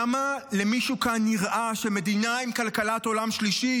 למה למישהו כאן נראה שמדינה עם כלכלת עולם שלישי